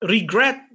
Regret